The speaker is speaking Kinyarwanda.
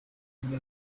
muri